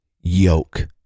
yoke